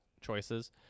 choices